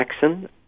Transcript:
Jackson